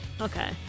Okay